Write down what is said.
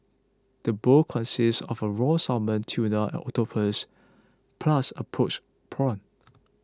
the bowl consists of a raw salmon tuna and octopus plus a poached prawn